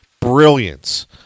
brilliance